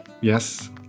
Yes